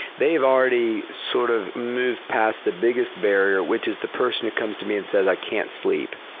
they've already sort of moved past the biggest barrier, which is the person who comes to me and says, i can't sleep.